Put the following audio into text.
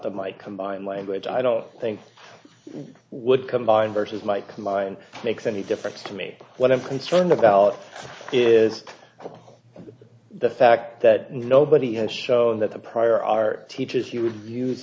i combine language i don't think i would combine versus might mine makes any difference to me what i'm concerned about is the fact that nobody has shown that the prior art teaches he would use